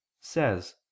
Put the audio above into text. says